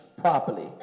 properly